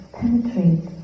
penetrate